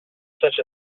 such